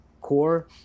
core